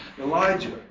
Elijah